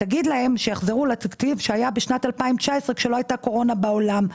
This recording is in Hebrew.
ותגיד להם שיחזרו לתקציב שנת 2019 כשלא הייתה קורונה בעולם.